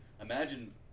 Imagine